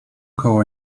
koło